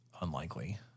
Unlikely